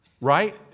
Right